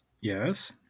Yes